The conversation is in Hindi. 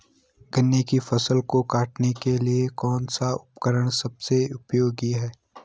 गन्ने की फसल को काटने के लिए कौन सा उपकरण सबसे उपयोगी है?